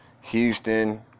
Houston